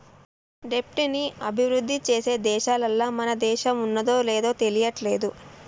దెబ్ట్ ని అభిరుద్ధి చేసే దేశాలల్ల మన దేశం ఉన్నాదో లేదు తెలియట్లేదు